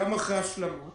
גם אחרי השלמות